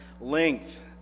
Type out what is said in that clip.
length